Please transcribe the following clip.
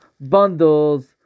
bundles